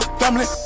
family